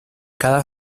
cada